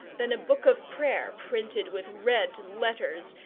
than a book of prayer printed with red letters,